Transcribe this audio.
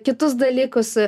kitus dalykus